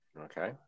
Okay